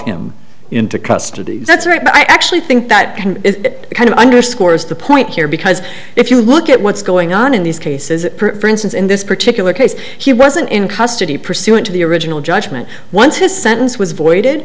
him into custody that's right but i actually think that can it kind of underscores the point here because if you look at what's going on in these cases for instance in this particular case he wasn't in custody pursuant to the original judgment once his sentence was voided